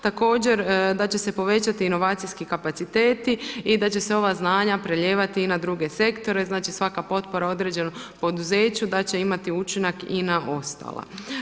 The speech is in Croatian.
Također da će se povećati inovacijski kapaciteti i da će se ova znanja prelijevati i na druge sektore, znači potpora određenom poduzeću da će imati učinak i na ostala.